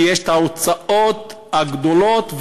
כי יש הוצאות גדולות,